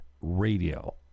radio